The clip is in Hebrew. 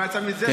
מה יצא מזה?